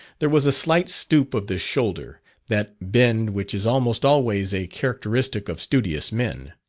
there was a slight stoop of the shoulder that bend which is almost always a characteristic of studious men.